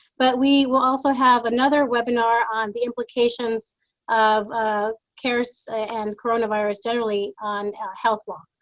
but we will also have another webinar on the implications of cares and coronavirus generally on health law.